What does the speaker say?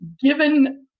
given